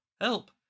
help